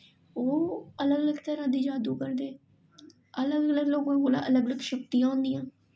ओह् अलग अलग तरां दे जादू करदे अलग अलग लोकें कोल अलग अलग शक्तियां होंदियां